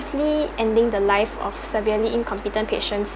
ending the life of severely incompetent patients